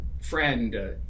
friend